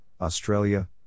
Australia